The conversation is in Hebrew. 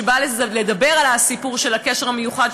שבא לדבר על הסיפור של הקשר המיוחד.